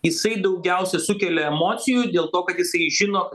jisai daugiausiai sukelia emocijų dėl to kad jisai žino